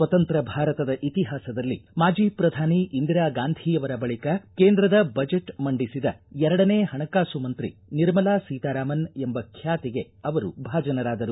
ಸ್ವತಂತ್ರ ಭಾರತದ ಇತಿಹಾಸದಲ್ಲಿ ಮಾಜಿ ಪ್ರಧಾನಿ ಇಂದಿರಾ ಗಾಂಧಿಯವರ ಬಳಿಕ ಕೇಂದ್ರದ ಬಜೆಟ್ ಮಂಡಿಸಿದ ಎರಡನೇ ಹಣಕಾಸು ಮಂತ್ರಿ ನಿರ್ಮಲಾ ಸೀತಾರಾಮನ್ ಎಂಬ ಖ್ಯಾತಿಗೆ ಅವರು ಭಾಜನರಾದರು